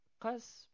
Cause